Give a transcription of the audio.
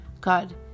God